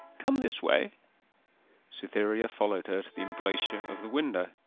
come this way cytherea followed her to the embrasure of the window.